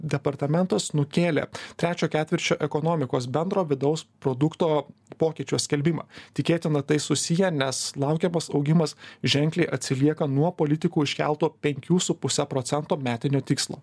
departamentas nukėlė trečio ketvirčio ekonomikos bendro vidaus produkto pokyčio skelbimą tikėtina tai susiję nes laukiamas augimas ženkliai atsilieka nuo politikų iškelto penkių su puse procento metinio tikslo